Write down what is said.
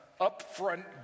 upfront